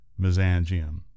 mesangium